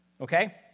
okay